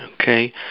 Okay